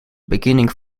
beginning